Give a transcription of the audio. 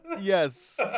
Yes